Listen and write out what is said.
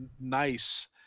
nice